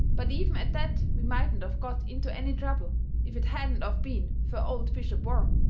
but even at that we mightn't of got into any trouble if it hadn't of been fur old bishop warren.